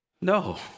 No